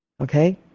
okay